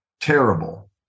terrible